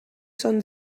són